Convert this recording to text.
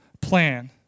plan